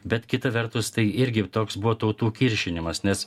bet kita vertus tai irgi toks buvo tautų kiršinimas nes